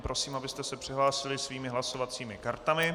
Prosím, abyste se přihlásili svými hlasovacími kartami.